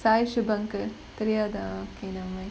thaishubankar தெரியாதா:thriyaathaa okay never mind